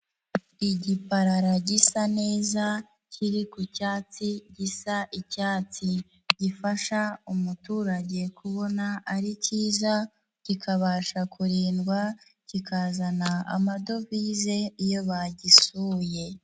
Igiparara gisa neza, kiri ku cyatsi gisa icyatsi, gifasha umuturage kubona ari cyiza, kikabasha kurindwa, kikazana amadovize iyo bagisuye.